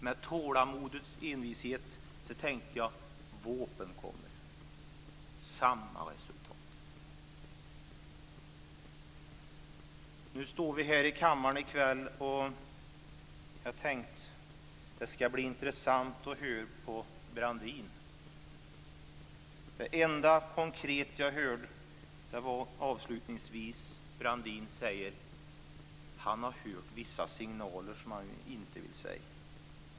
Med tålamodets envishet tänkte jag att VÅP:en kommer. Men det var samma resultat. Nu står vi här i kammaren i kväll, och jag tänkte att det skall bli intressant att höra på Brandin. Det enda konkreta jag hörde var när han avslutningsvis sade att han har hört vissa signaler som han inte vill nämna.